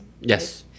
yes